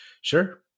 Sure